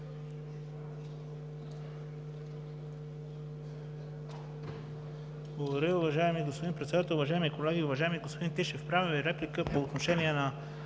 Благодаря Ви, уважаеми господин Председател. Уважаеми колеги! Уважаеми господин Тишев, правя Ви реплика по отношение на